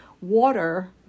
water